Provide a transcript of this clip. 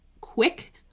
quick